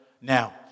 now